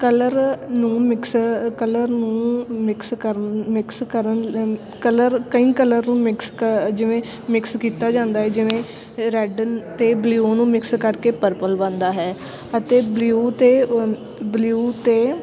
colour ਨੂੰ mix colour ਨੂੰ mix ਕਰਨ ਮਿਕਸ ਕਰਨ ਕਲਰ ਕਈ ਕਲਰ ਨੂੰ ਮਿਕਸ ਕ ਜਿਵੇਂ ਮਿਕਸ ਕੀਤਾ ਜਾਂਦਾ ਹੈ ਜਿਵੇਂ ਰੈੱਡ ਅਤੇ ਬਲਿਊ ਨੂੰ ਮਿਕਸ ਕਰਕੇ ਪਰਪਲ ਬਣਦਾ ਹੈ ਅਤੇ ਬਲਿਊ ਅਤੇ ਬਲਿਊ ਅਤੇ